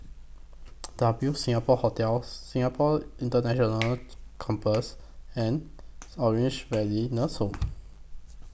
W Singapore Hotel Singapore International Campus and Orange Valley Nursing Home